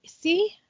See